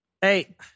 Hey